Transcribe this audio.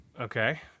Okay